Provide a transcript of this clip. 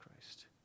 Christ